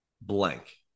blank